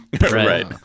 Right